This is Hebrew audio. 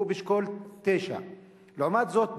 שהוא באשכול 9. לעומת זאת,